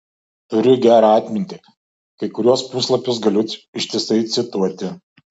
turiu gerą atmintį kai kuriuos puslapius galiu ištisai cituoti